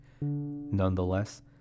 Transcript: Nonetheless